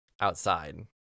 outside